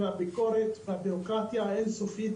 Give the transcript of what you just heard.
הביקורת והבירוקרטיה האינסופית.